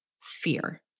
fear